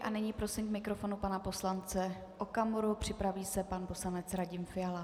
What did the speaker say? A nyní prosím k mikrofonu pana poslance Okamuru, připraví se pan poslanec Radim Fiala.